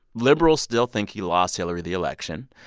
liberals still think he lost hillary the election.